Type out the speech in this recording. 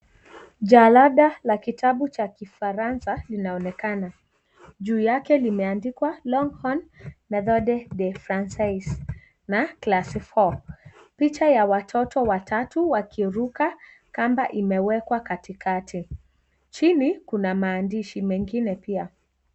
Jalada la kitabu cha Kifaransa linaonekana, juu yake limeandikwa Longhorn Methode de Francais na classe four picha ya watoto watatu wakiruka kamba imewekwa katikati ,chini kuna maandishi mengine pia.